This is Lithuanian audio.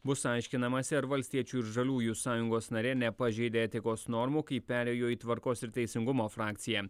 bus aiškinamasi ar valstiečių ir žaliųjų sąjungos narė nepažeidė etikos normų kai perėjo į tvarkos ir teisingumo frakciją